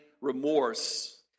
remorse